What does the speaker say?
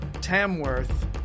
Tamworth